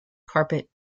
carpet